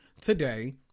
today